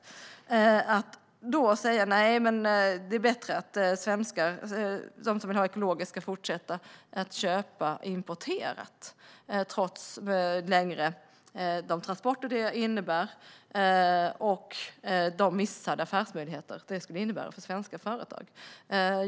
Jag tycker att det är märkligt att då säga att det är bättre att de svenskar som vill ha ekologiska produkter ska fortsätta att köpa importerade varor, trots de längre transporter det innebär och de missade affärsmöjligheterna för svenska företag.